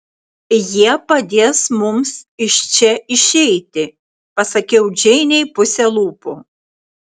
jie padės mums iš čia išeiti pasakiau džeinei puse lūpų